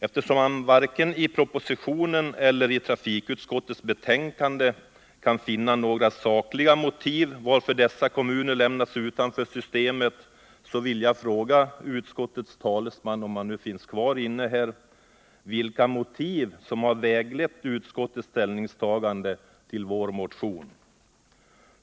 Eftersom det varken i propositionen eller i trafikutskottets betänkande finns några sakliga motiv för att dessa kommuner lämnats utanför systemet vill jag fråga utskottets talesman — om han finns kvar i kammaren — vilka motiv som varit vägledande för utskottets ställningstagande till vår motion.